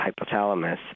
hypothalamus